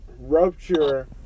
rupture